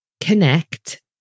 connect